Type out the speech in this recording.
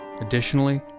Additionally